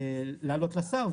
לעלות לשר,